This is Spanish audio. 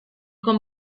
con